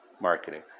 marketing